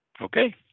Okay